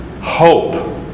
hope